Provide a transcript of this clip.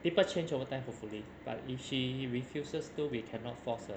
people change over time hopefully but if she refuses to we cannot force her